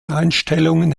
einstellungen